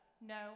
no